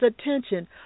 attention